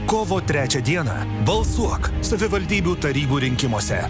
kovo trečią dieną balsuok savivaldybių tarybų rinkimuose